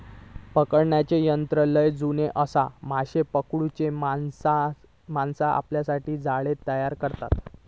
पकडण्याचा तंत्र लय जुना आसा, माशे पकडूच्यासाठी माणसा आपल्यासाठी जाळा तयार करतत